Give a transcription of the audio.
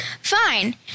fine